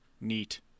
Neat